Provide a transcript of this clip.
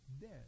dead